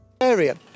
...area